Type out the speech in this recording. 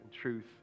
truth